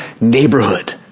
neighborhood